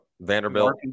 Vanderbilt